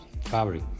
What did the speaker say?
fabric